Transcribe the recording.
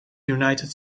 united